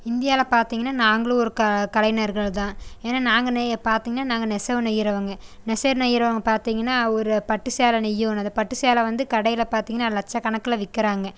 இந்தியாவில் பார்த்தீங்கன்னா நாங்களும் ஒரு கா கலைஞர்கள் தான் ஏனால் நாங்கள் நெ பார்த்தீங்னா நாங்கள் நெசவு நெய்யறவுங்க நெசவு நெய்யறவுங்க பார்த்தீங்கன்னா ஒரு பட்டு சேலை நெய்யணும் அந்த பட்டு சேலை வந்து கடையில் பார்த்தீங்கன்னா லட்ச கணக்கில் விற்கிறாங்க